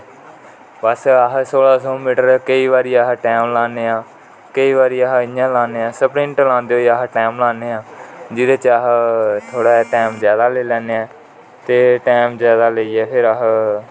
बस अस सौलहा सौ मिटर केंई बारी अस टैंम लाने हा केंई बारी अस इयां लाने हां स्पलिंट लादें होई अस टैंम लाने हा जेहदे च अस थोहड़ा टैंम ज्यादा लेई लेने हा ते टैंम ज्यादा लेइयै फिर अस